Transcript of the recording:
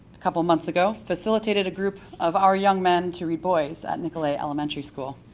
a couple months ago facilitated group of our young man to be boys at nicollet elementary school.